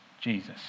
Jesus